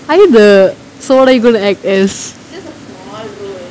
are you the so what are you going to act as